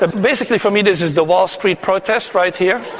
ah basically for me this is the wall street protest right here,